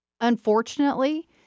unfortunately